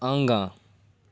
आगाँ